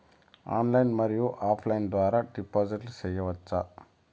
Online మరియు offline ద్వారా డిపాజిట్లు సేయొచ్చా?